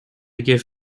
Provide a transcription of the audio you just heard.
give